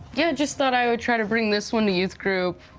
yeah just thought i would try to bring this one to youth group.